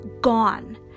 gone